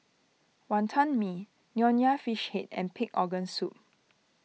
Wonton Mee Nonya Fish Head and Pig's Organ Soup